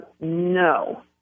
no